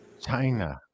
China